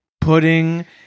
pudding